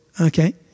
okay